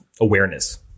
awareness